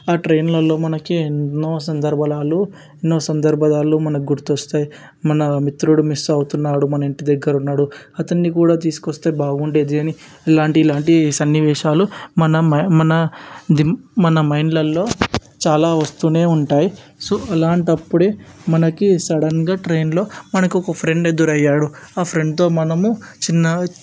ఆ ట్రైన్లలో మనకి ఎన్నో సందర్భాలు ఎన్నో సందర్భాలు మనకు గుర్తొస్తాయి మన మిత్రుడు మిస్ అవుతున్నాడు మన ఇంటి దగ్గర ఉన్నాడు అతన్ని కూడా తీసుకు వస్తే బాగుండేది అని ఇలాంటి ఇలాంటి సన్నివేశాలు మన మనది మన మైండ్లలో చాలా వస్తూనే ఉంటాయి సో అలాంటప్పుడే మనకి సడన్గా ట్రైన్లో మనకి ఒక ఫ్రెండ్ ఎదురయ్యాడు ఆ ఫ్రెండ్తో మనము చిన్న